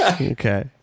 Okay